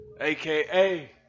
aka